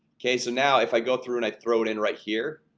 okay, so now if i go through and i throw it in right here